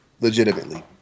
legitimately